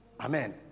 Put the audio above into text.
Amen